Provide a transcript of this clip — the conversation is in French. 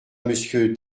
monsieur